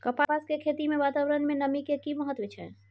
कपास के खेती मे वातावरण में नमी के की महत्व छै?